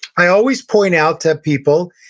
i always point out to people,